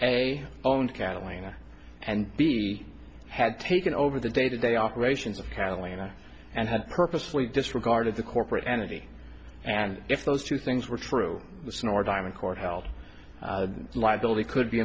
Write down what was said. a owns catalina and b had taken over the day to day operations of catalina and had purposely disregarded the corporate entity and if those two things were true the snorer diamond court held liability could be